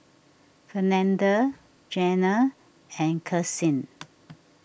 Fernanda Jana and Karsyn